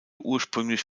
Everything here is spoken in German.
ursprünglich